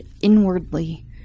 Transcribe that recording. inwardly